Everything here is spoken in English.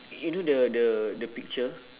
you know the the the picture